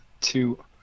two